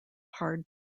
hard